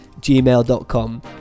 gmail.com